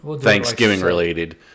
Thanksgiving-related